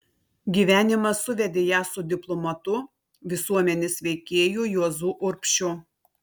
gyvenimas suvedė ją su diplomatu visuomenės veikėju juozu urbšiu